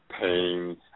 Pain